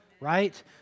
right